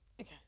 Okay